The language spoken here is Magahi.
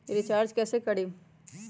रिचाज कैसे करीब?